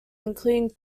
including